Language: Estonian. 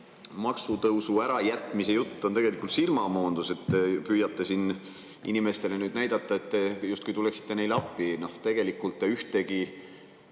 maksutõusu ärajätmise jutt on tegelikult silmamoondus. Te püüate siin inimestele nüüd näidata, et te justkui tuleksite neile appi. Tegelikult te ühtegi